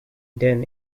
den